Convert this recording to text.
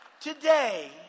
Today